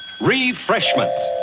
Refreshment